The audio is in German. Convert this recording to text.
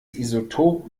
isotop